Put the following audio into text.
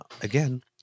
again